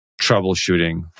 troubleshooting